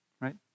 right